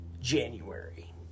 January